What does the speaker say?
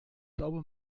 glaube